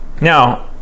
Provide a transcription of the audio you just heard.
Now